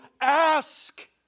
ask